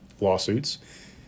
lawsuits